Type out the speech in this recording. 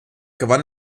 gewann